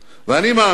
ואני מאמין,